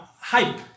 hype